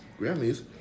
grammys